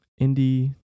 Indie